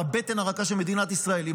על הבטן הרכה של מדינת ישראל.